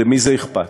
למי זה אכפת?